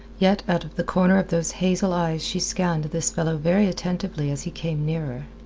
yet out of the corner of those hazel eyes she scanned this fellow very attentively as he came nearer.